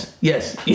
Yes